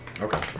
Okay